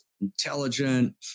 intelligent